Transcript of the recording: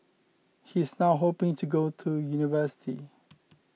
he is now hoping to go to university